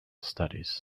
studies